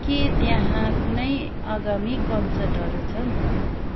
के त्यहाँ कुनै आगामी कन्सर्टहरू छन्